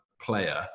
player